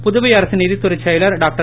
புதுவை அரசின் நிதித்துறை செயலர் டாக்டர்